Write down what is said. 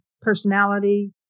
personality